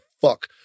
fuck